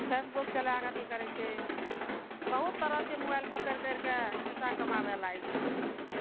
Facebook चलाके अथी करै छै बहुत तरहके मोबाइल पर करि करिके पैसा कमाबै लागै छै आजकल